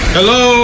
Hello